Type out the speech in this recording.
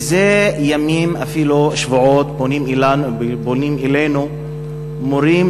מזה ימים ואפילו שבועות פונים אלינו מורים